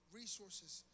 resources